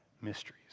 Mysteries